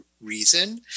reason